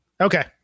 Okay